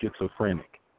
schizophrenic